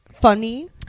funny